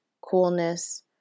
coolness